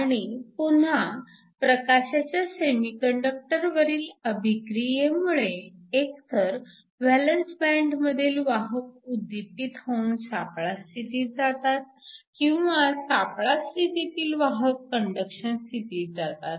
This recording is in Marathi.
आणि पुन्हा प्रकाशाच्या सेमीकंडक्टरवरील अभिक्रियेमुळे एकतर व्हॅलन्स बँडमधील वाहक उद्दीपित होऊन सापळा स्थितीत जातात किंवा सापळा स्थितीतील वाहक कंडक्शन स्थितीत जातात